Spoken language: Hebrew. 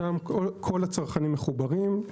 שם כל הצרכנים מחוברים,